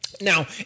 Now